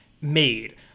made